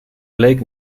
bleek